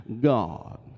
God